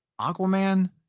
Aquaman